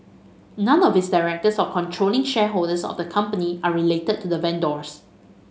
none of its directors or controlling shareholders of the company are related to the vendors